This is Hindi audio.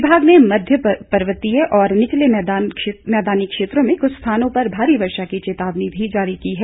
विभाग ने मध्य पर्वतीय और निचले मैदानी क्षेत्रों में कुछ स्थानों पर भारी वर्षा की चेतावनी भी जारी की है